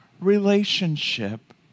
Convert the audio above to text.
relationship